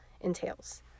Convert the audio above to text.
entails